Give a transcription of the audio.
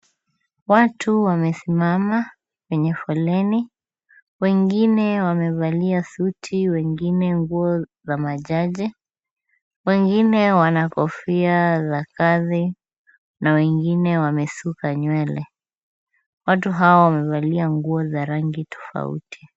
Watu wamesimama kwenye foleni. Wengine wamevalia suti wengine nguo za majaji. Wengine wana kofia za kazi na wengine wamesuka nywele. Watu hawa wamevalia nguo za rangi tofauti.